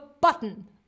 button